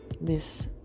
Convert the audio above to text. Miss